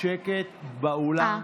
שקט באולם.